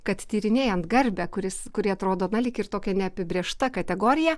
kad tyrinėjant garbę kuris kuri atrodo lyg ir tokia neapibrėžta kategorija